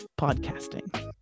podcasting